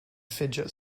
fidget